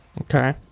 Okay